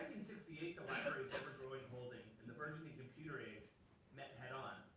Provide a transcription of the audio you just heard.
sixty eight, the library holding in the burgeoning computer age met head on,